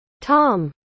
Tom